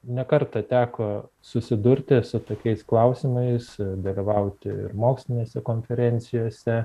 ne kartą teko susidurti su tokiais klausimais dalyvauti ir mokslinėse konferencijose